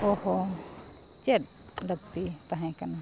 ᱚᱸᱻ ᱦᱚᱸ ᱪᱮᱫ ᱞᱟᱹᱠᱛᱤ ᱛᱟᱦᱮᱸ ᱠᱟᱱᱟ